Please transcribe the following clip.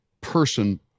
person